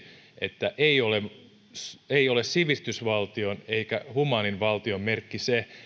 että ei ole sivistysvaltion eikä humaanin valtion merkki se